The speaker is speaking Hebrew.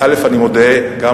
ואדוני ייווכח